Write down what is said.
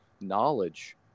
knowledge